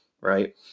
right